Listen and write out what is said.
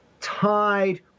tied